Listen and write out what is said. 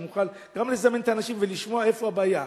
נוכל גם לזמן את האנשים ולשמוע איפה הבעיה.